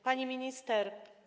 Pani Minister!